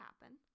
happen